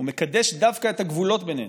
ומקדש דווקא את הגבולות בינינו.